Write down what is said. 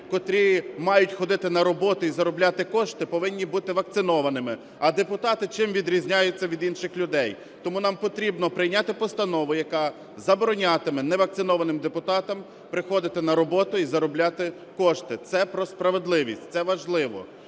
котрі мають ходити на роботу і заробляти кошти, повинні бути вакцинованими, а депутати чим відрізняються від інших людей? Тому нам потрібно прийняти постанову, яка заборонятиме невакцинованим депутатам приходити на роботу і заробляти кошти. Це про справедливість, це важливо.